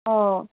অঁ